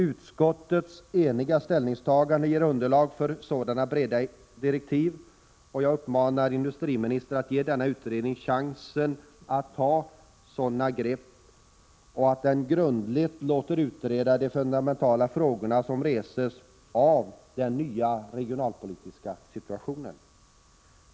Utskottets eniga ställningstagande ger underlag för sådana breda direktiv, och jag uppmanar industriministern att ge denna utredning chansen att ta sådana grepp och grundligt låta utreda de fundamentala frågor som reses i den nya regionalpolitiska situationen.